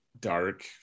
dark